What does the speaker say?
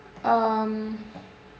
um